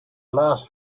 last